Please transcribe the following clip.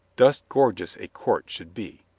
thus gorgeous a court should be.